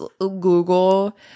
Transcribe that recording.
google